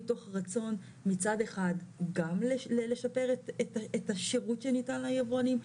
מתוך רצון מצד אחד גם לשפר את השירות שניתן ליבואנים,